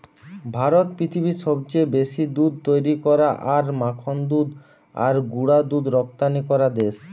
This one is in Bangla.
ভারত পৃথিবীর সবচেয়ে বেশি দুধ তৈরী করা আর মাখন দুধ আর গুঁড়া দুধ রপ্তানি করা দেশ